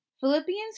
Philippians